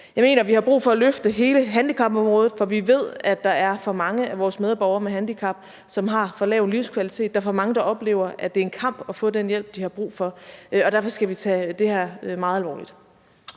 Jeg mener, vi har brug for at løfte hele handicapområdet, for vi ved, at der er for mange af vores medborgere med handicap, som har for lav en livskvalitet, og der er for mange, der oplever, at det er en kamp at få den hjælp, de har brug for, og derfor skal vi tage det her meget alvorligt.